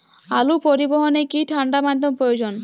আলু পরিবহনে কি ঠাণ্ডা মাধ্যম প্রয়োজন?